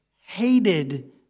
hated